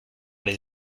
les